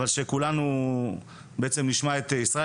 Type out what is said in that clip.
ושכולנו נשמע את ישראל.